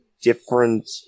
different